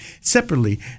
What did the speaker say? Separately